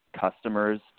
customers